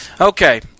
Okay